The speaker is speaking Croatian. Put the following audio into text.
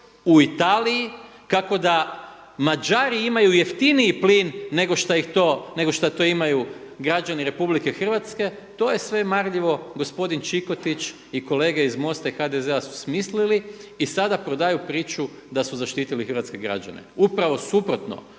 u Italiji, kako da Mađari imaju jeftiniji plin nego šta to imaju građani RH to je sve marljivo gospodin Čikotić i kolege iz MOST-a i HDZ-a su smislili i sada prodaju priču da su zaštitili hrvatske građane. Upravo suprotno.